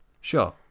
Sure